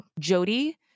Jody